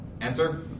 answer